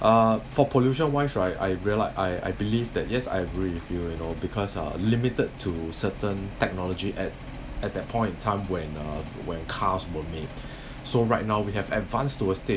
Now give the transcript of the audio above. uh for pollution wise right I realize I I believe that yes I agree with you you know because uh limited to certain technology at at that point of time when uh when cars were made so right now we have advanced towards